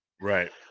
Right